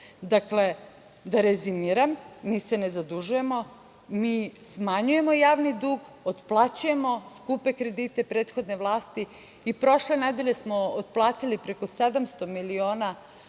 vlast. Dakle, da rezimiram, mi se ne zadužujemo, mi smanjujemo javni dug, otplaćujemo skupe kredite prethodne vlasti. Prošle nedelje smo otplatili preko 700 miliona dolara